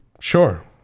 Sure